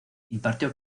impartió